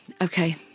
Okay